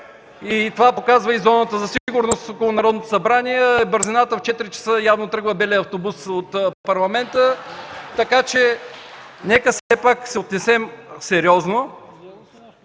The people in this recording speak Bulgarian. Това показва и зоната за сигурност около Народното събрание и бързината – в 4,00 ч. явно тръгва белия автобус от Парламента (оживление), така че нека все пак се отнесем сериозно.